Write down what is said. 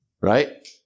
right